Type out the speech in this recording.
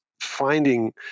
finding